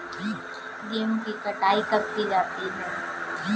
गेहूँ की कटाई कब की जाती है?